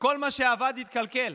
כל מה שעבד, התקלקל,